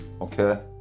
okay